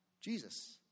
Jesus